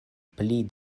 pli